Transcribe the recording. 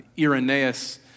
Irenaeus